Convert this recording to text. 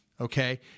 Okay